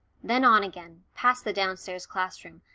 then on again, past the downstairs class-room,